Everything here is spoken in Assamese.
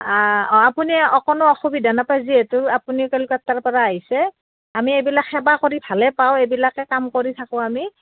আপুনি অকণো অসুবিধা নাপায় যিহেতু আপুনি কলিকতাৰ পৰা আহিছে আমি এইবিলাক সেৱা কৰি ভালে পাওঁ এইবিলাকে কাম কৰি থাকোঁ আমি